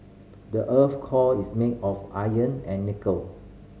the earth's core is made of iron and nickel